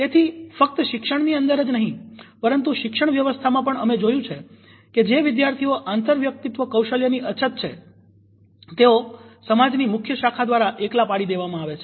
તેથી ફક્ત શિક્ષણ ની અંદર જ નહી પરંતુ શિક્ષણ વ્યવસ્થામાં પણ અમે જોયું છે કે જે વિદ્યાર્થીઓમાં આંતરવ્યક્તિત્વ કૌશલ્યની અછત છે તેઓ સમાજ ની મુખ્ય શાખા દ્વારા એકલા પાડી દેવામાં આવે છે